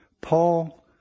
Paul